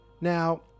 Now